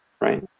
right